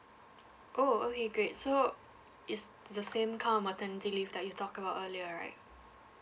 oh okay great so it's the same kind of maternity leave that you talked about earlier right